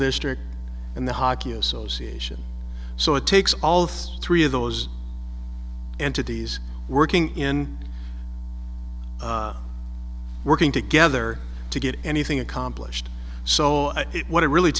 district and the hockey association so it takes all three of those entities working in working together to get anything accomplished so what it really